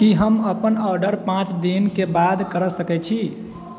की हम अपन ऑर्डर पाँच दिनके बाद करऽ सकैत छी